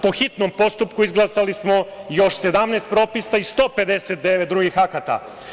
Po hitnom postupku izglasali smo još 17 propisa i 159 drugih akata.